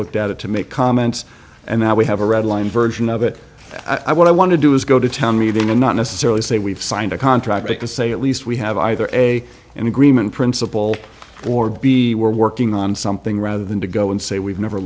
looked at it to make comments and now we have a red line version of it i what i want to do is go to town meeting and not necessarily say we've signed a contract it does say at least we have either a an agreement principle or b we're working on something rather than to go and say we've never